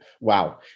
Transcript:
wow